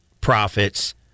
profits